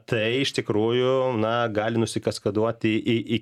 tai iš tikrųjų na gali nusikaskaduoti į į